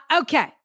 Okay